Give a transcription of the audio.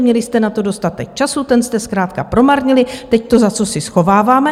Měli jste na to dostatek času, ten jste zkrátka promarnili, teď to za cosi schováváme.